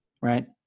right